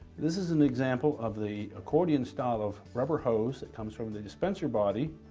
this is an example of the accordion-style of rubber hose that comes from the dispenser body